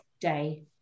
Day